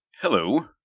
Hello